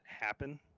happen